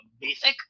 basic